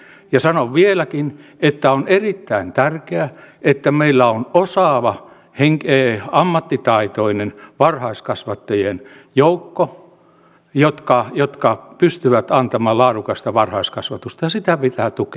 ja sanon vieläkin että on erittäin tärkeää että meillä on osaava ammattitaitoinen varhaiskasvattajien joukko joka pystyy antamaan laadukasta varhaiskasvatusta ja sitä pitää tukea